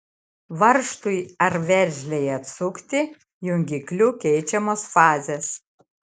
varžtui ar veržlei atsukti jungikliu keičiamos fazės